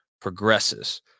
progresses